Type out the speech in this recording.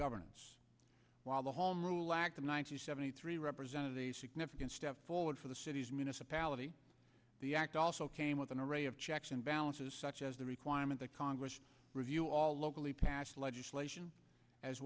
governance while the home rule lacked the one nine hundred seventy three represented a significant step forward for the city's municipality the act also came with an array of checks and balances such as the requirement that congress review all locally pass legislation as